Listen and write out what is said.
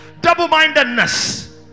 double-mindedness